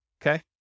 Okay